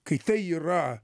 kai tai yra